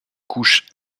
couches